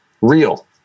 real